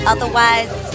Otherwise